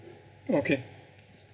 okay